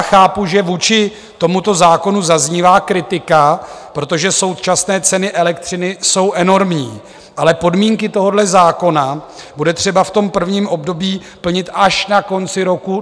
Chápu, že vůči tomuto zákonu zaznívá kritika, protože současné ceny elektřiny jsou enormní, ale podmínky tohoto zákona bude třeba v prvním období plnit až na konci roku 2025.